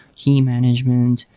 key management,